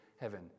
heaven